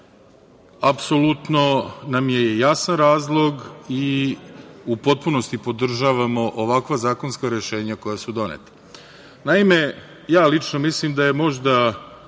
apsolutno nam je jasan razlog i u potpunosti podržavamo ovakva zakonska rešenja koja su doneta. Naime, lično mislim da je možda